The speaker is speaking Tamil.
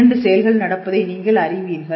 இரண்டு செயல்கள் நடப்பதை நீங்கள் அறிவீர்கள்